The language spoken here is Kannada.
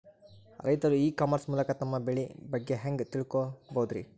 ರೈತರು ಇ ಕಾಮರ್ಸ್ ಮೂಲಕ ತಮ್ಮ ಬೆಳಿ ಬಗ್ಗೆ ಹ್ಯಾಂಗ ತಿಳ್ಕೊಬಹುದ್ರೇ?